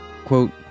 Quote